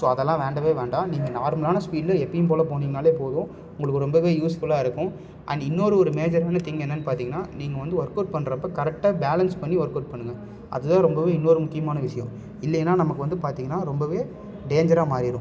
so அதெல்லாம் வேண்டவே வேண்டாம் நீங்கள் நார்மலான ஸ்பீட்டில் எப்பையும் போல் போனிங்கன்னாலே போதும் உங்களுக்கு ரொம்பவே யூஸ் ஃபுல்லாக இருக்கும் அண்ட் இன்னொரு ஒரு மேஜரான திங் என்னென்று பார்த்திங்கன்னா நீங்கள் வந்து ஒர்க் அவுட் பண்றப்போ கரெக்டாக பேலன்ஸ் பண்ணி ஒர்க் அவுட் பண்ணுங்கள் அது தான் ரொம்பவே இன்னொரு முக்கியமான விஷயம் இல்லனா நமக்கு வந்து பார்த்திங்கன்னா ரொம்பவே டேஞ்ஜராக மாரிரும்